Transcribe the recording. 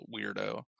weirdo